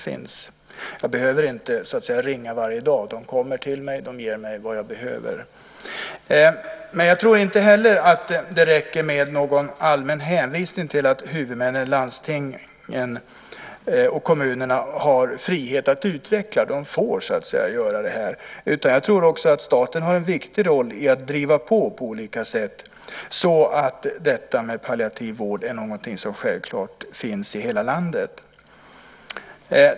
Hon behöver inte ringa varje dag, för hon vet att någon kommer till henne och ger henne vad hon behöver. Jag tror inte heller att det räcker med en allmän hänvisning till att huvudmännen - landstingen och kommunerna - har frihet att utveckla det här, får göra det här. Jag tror att staten har en viktig roll i att på olika sätt driva på så att palliativ vård blir någonting som självklart finns i hela landet.